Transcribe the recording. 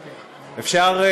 אפשר,